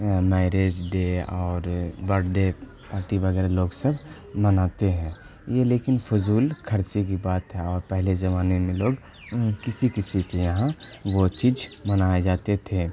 marriage day اور birthday party وغیرہ لوگ سب مناتے ہیں یہ لیکن فضول خرچی کی بات ہے اور پہلے زمانے میں لوگ کسی کسی کے یہاں وہ چیز منائے جاتے تھے